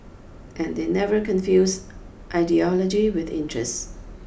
and they never confuse ideology with interest